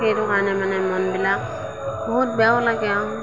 সেইটো কাৰণে মানে মনবিলাক বহুত বেয়াও লাগে আৰু